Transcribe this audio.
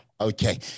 okay